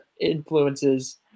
influences